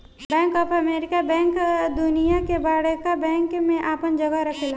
bank of America bank दुनिया के बड़का बैंक में आपन जगह रखेला